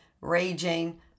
raging